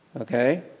Okay